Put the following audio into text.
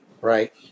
right